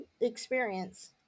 experience